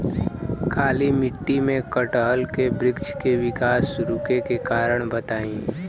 काली मिट्टी में कटहल के बृच्छ के विकास रुके के कारण बताई?